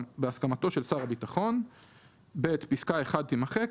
בהסכמתו של שר הביטחון."; פיסקה (1) - תמחק,